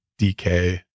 dk